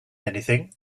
anything